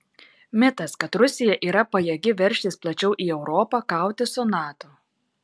mitas kad rusija yra pajėgi veržtis plačiau į europą kautis su nato